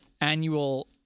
annual